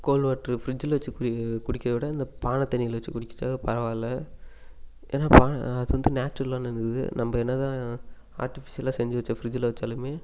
gold water ஃப்ரிட்ஜில் வச்சி குடிக்கிற குடிக்கிறதை விட இந்த பானை தண்ணியில் வச்சி குடிச்சால் பரவாயில்ல ஏன்னா பானை அது வந்து நேச்சுரலானது இது நம்ம என்ன தான் ஆர்ட்டிஃபிஷியலாக செஞ்சு வச்ச ஃப்ரிட்ஜில் வச்சாலுமே